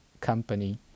company